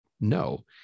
no